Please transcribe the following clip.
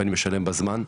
אני משלם בזמן.